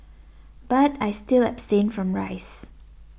but I still abstain from rice